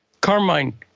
Carmine